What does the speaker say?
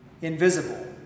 invisible